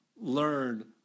learn